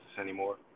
anymore